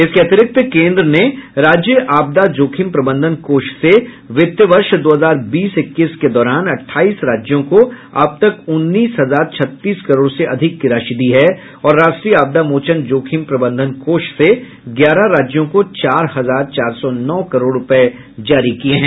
इसके अतिरिक्त केन्द्र ने राज्य आपदा जोखिम प्रबंधन कोष से वित्त वर्ष दो हजार बीस इक्कीस के दौरान अठाईस राज्यों को अब तक उन्नीस हजार छत्तीस करोड़ से अधिक की राशि दी है और राष्ट्रीय आपदा मोचन जोखिम प्रबंधन कोष से ग्यारह राज्यों को चार हजार चार सौ नौ करोड़ रुपये जारी किए हैं